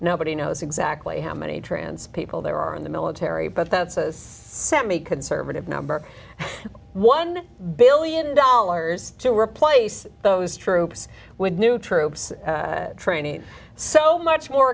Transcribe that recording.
nobody knows exactly how many trans people there are in the military but that's a semi conservative number one billion dollars to replace those troops with new troops training so much more